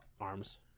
arms